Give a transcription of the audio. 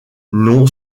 non